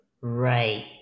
Right